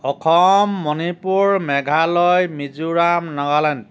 Assam Manipur Meghalaya Mizoram Nagaland